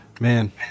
Man